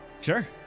Sure